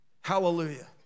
Hallelujah